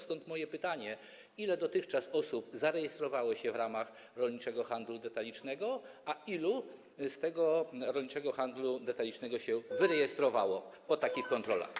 Stąd moje pytanie: Ile osób dotychczas zarejestrowało się w ramach rolniczego handlu detalicznego, a ile z tego rolniczego handlu detalicznego się wyrejestrowało po takich kontrolach?